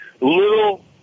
Little